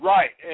Right